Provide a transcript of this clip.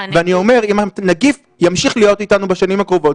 אני אומר: אם הנגיף ימשיך להיות איתנו בשנים הקרובות,